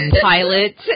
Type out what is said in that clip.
pilot